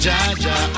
Jaja